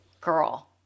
girl